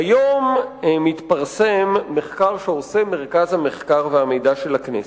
היום מתפרסם מחקר של מרכז המחקר והמידע של הכנסת,